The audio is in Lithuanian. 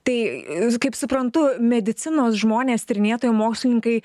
tai kaip suprantu medicinos žmonės tyrinėtojai mokslininkai